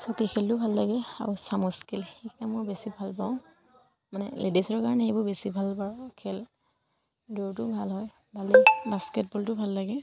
চকী খেলটো ভাল লাগে আৰু চামুচ খেল সেইকেইটা মই বেছি ভালপাওঁ মানে লেডিছৰ কাৰণে সেইবোৰ বেছি ভাল বাৰু খেল দূৰতো ভাল হয় বালি বাস্কেটবলটো ভাল লাগে